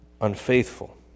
unfaithful